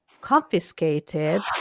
confiscated